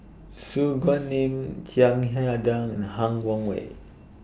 Su Guaning Chiang Hai Ding and Han Guangwei